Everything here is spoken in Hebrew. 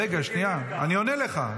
רגע, שנייה, אני עונה לך.